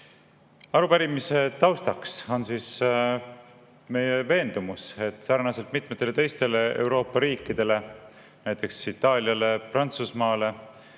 Arupärimise taustaks on meie veendumus, et sarnaselt mitmetele teistele Euroopa riikidele, näiteks Itaaliale ja Prantsusmaale,